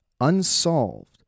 unsolved